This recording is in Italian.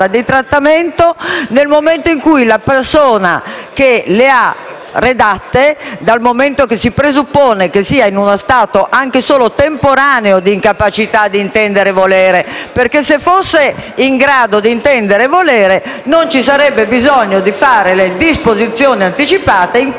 ha redatte possa trovarsi in uno stato anche solo temporaneo di incapacità di intendere e volere? Se fosse infatti in grado di intendere e di volere, non ci sarebbe bisogno delle disposizioni anticipate in quanto non darebbe eventualmente il suo consenso ai trattamenti che vengono proposti.